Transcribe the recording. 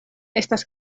estas